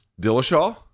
Dillashaw